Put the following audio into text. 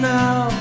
now